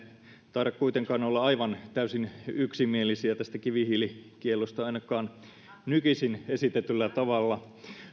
taida kuitenkaan olla aivan täysin yksimielisiä tästä kivihiilikiellosta ainakaan nykyisin esitetyllä tavalla